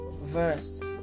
verse